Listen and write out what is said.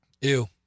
Ew